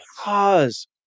pause